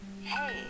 Hey